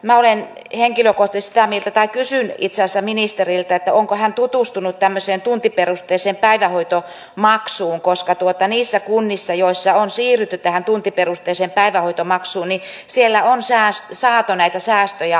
minä olen henkilökohtaisesti sitä mieltä tai kysyn itse asiassa ministeriltä onko hän tutustunut tämmöiseen tuntiperusteiseen päivähoitomaksuun koska niissä kunnissa joissa on siirrytty tähän tuntiperusteiseen päivähoitomaksuun on saatu näitä säästöjä aikaan